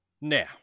now